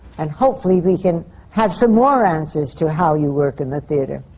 and hopefully, we can have some more answers to how you work in the theatre.